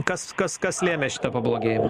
kas kas kas lėmė šitą pablogėjimą